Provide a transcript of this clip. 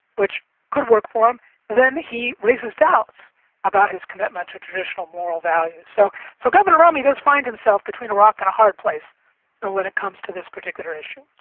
which could work for him, but then he raises doubts about his commitment to traditional moral values. so so governor romney does find himself between a rock and a hard place when it comes to this particular issue.